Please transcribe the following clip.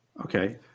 Okay